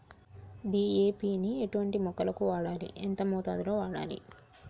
DAP ని ఎటువంటి మొక్కలకు వాడాలి? ఎంత మోతాదులో వాడాలి?